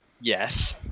yes